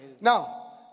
Now